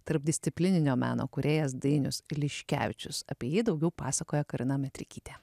tarpdisciplininio meno kūrėjas dainius liškevičius apie jį daugiau pasakoja karina metrikytė